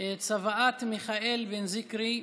צוואת מיכאל בן זיקרי,